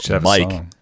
Mike